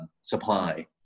supply